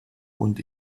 und